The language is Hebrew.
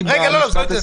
המפלגה.